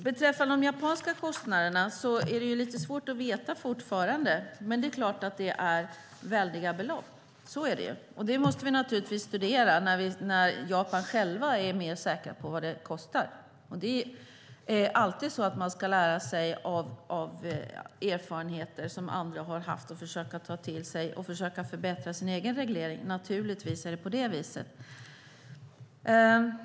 Beträffande de japanska kostnaderna är det fortfarande lite svårt att veta hur stora de är, men det är förstås fråga om väldiga belopp. Det måste vi naturligtvis studera när japanerna själva är mer säkra på vad det kostar. Man ska alltid lära sig av andras erfarenheter, försöka ta till sig dem för att kunna förbättra sin egen reglering. Givetvis är det så.